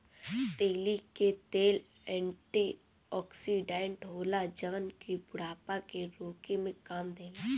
तीली के तेल एंटी ओक्सिडेंट होला जवन की बुढ़ापा के रोके में काम देला